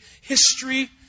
history